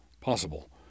possible